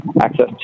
access